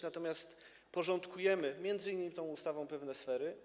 Natomiast porządkujemy m.in. tą ustawą pewne sfery.